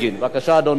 בבקשה, אדוני,